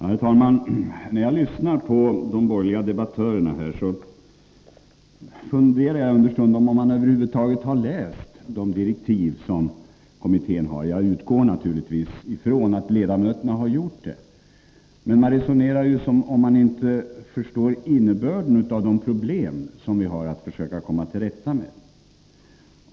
Herr talman! När jag lyssnar på de borgerliga debattörerna här, funderar jag understundom över om de över huvud taget har läst de direktiv som kommittén har fått. Jag utgår naturligtvis ifrån att ledamöterna har gjort det, men man resonerar som om man inte förstår innebörden i de problem som vi har att försöka komma till rätta med.